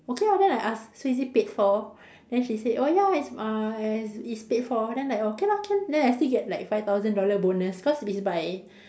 okay ah then I ask so is it paid for then she say oh ya it's uh it's it's paid for then like okay lor can then I still get like five thousand dollar bonus cause it's by